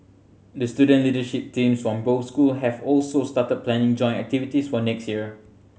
the student leadership teams from both school have also started planning joint activities for next year